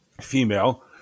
female